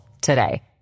today